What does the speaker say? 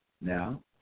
Now